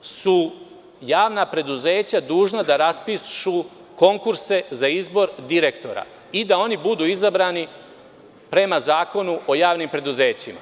su javna preduzeća dužna da raspišu konkurse za izbor direktora i da oni budu izabrani prema Zakonu o javnim preduzećima.